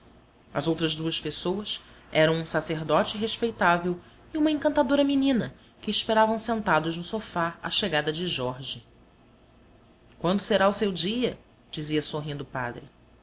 as outras duas pessoas eram um sacerdote respeitável e uma encantadora menina que esperavam sentados no sofá a chegada de jorge quando será o seu dia dizia sorrindo o padre